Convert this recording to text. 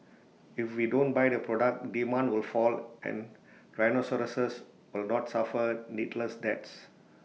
if we don't buy the product demand will fall and rhinoceroses will not suffer needless deaths